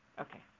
Okay